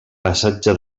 passatge